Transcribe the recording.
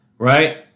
right